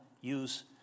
use